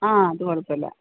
ആ അത് കുഴപ്പമില്ല